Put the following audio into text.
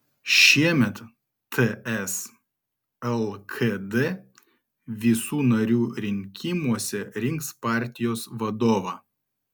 šiemet ts lkd visų narių rinkimuose rinks partijos vadovą